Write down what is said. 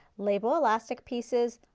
label elastic pieces,